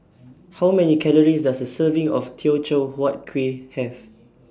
How Many Calories Does A Serving of Teochew Huat Kueh Have